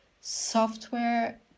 software